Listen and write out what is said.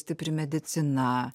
stipri medicina